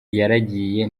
yaragiye